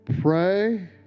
Pray